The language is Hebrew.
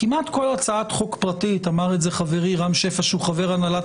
כמעט כל הצעת חוק פרטית אמר את זה חברי רם שפע שהוא חבר הנהלת